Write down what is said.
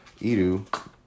Idu